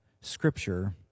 Scripture